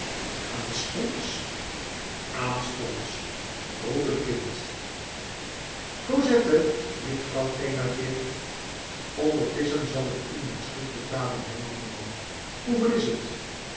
aanstonds aanstonds roep het kind cosette riep vrouw thénardier ondertusschen zal ik u mijn schuld betalen hernam de man hoeveel is t